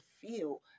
feel